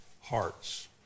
hearts